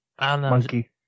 Monkey